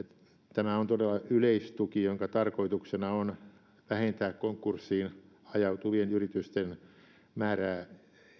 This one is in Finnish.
tämä on todella yleistuki jonka tarkoituksena on vähentää konkurssiin ajautuvien yritysten määrää